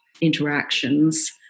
interactions